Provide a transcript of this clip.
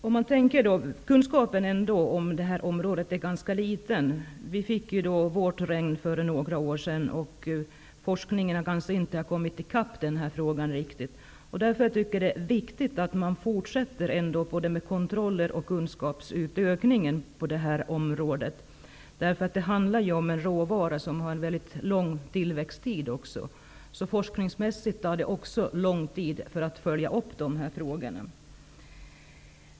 Herr talman! Kunskapen på detta område är ganska liten. Vi i Gävleborgs län fick ''vårt regn'' för några år sedan. Forskningen har kanske inte kommit ikapp frågeställningen. Det är därför viktigt att man fortsätter med kontroller och kunskapsbreddning på det här området. Eftersom det handlar om en råvara med mycket lång tillväxt, tar det följaktligen lång tid att forskningsmässigt följa upp frågan.